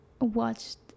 watched